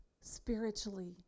spiritually